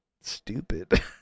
stupid